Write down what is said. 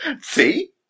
See